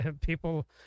people